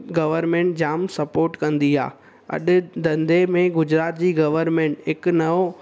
government जाम support कंदी आहे अॼु धंधे में गुजरात जी गवरमेंट हिकु नओ